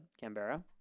Canberra